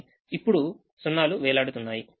కానీ ఇప్పుడు 0 లు వేలాడుతున్నాయి